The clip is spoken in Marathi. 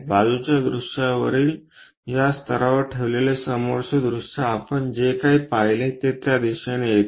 बाजूच्या दृश्यावरील या स्तरावर ठेवलेले समोरचे दृश्य आपण जे काही पाहिले ते त्या दिशेने येते